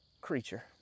creature